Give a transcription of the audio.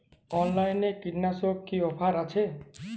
অনলাইনে কীটনাশকে কি অফার আছে?